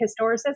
historicism